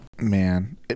man